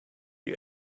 you